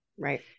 Right